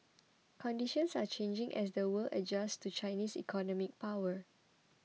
conditions are changing as the world adjusts to Chinese economic power